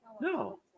No